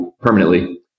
permanently